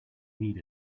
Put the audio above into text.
need